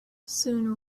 soon